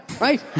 Right